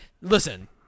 Listen